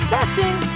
Testing